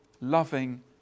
loving